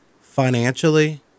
financially